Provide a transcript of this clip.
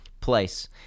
place